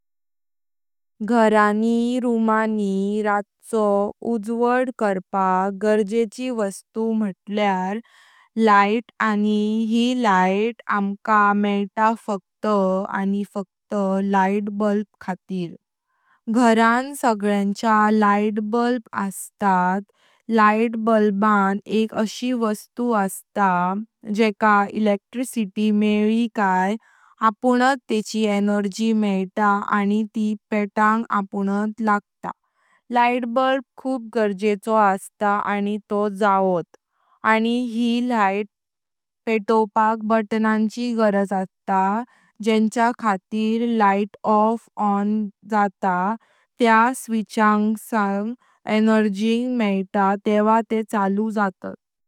घरांनी, रूमानी राचो उजवाड करपाक गरजेची वस्तु मटल्यार लाईट आनी यी लाईट अंकल मेइत फक्त आनी फक्त लायटबुलब। घरांन सगळ्यांच्या लाईटबुलब असतात। लायटबुलबन एक अशी वस्तु असता जेका इलेक्ट्रीसिटी मेइली कायत आपुनात तेंची एनर्जी मेइत आनी ते पेटतात आपुनात। लायटबुलब खूप गरजेचो असता आनी तो जावोत। आनी यी लाईट पेटोवपाक बटनांची गरज असता जेच्या खातीर लाईट ऑन ऑफ जातात। त्या स्विचसंग एनर्जी मेइत तेव्हा ते चालू जातात।